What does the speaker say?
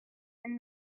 and